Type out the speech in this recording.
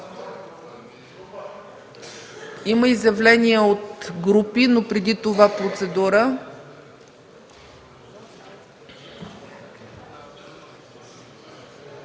Има изявления от групи, но преди това – процедура.